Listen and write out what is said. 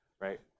right